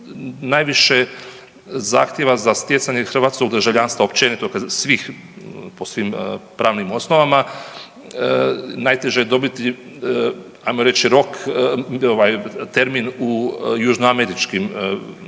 Najviše zahtjeva za stjecanje hrvatskog državljanstva općenito svih po svim pravnim osnovama najteže je dobiti ajmo reći rok, terminu južnoameričkim